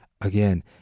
again